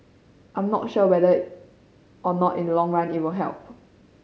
I'm not sure whether or not in long run help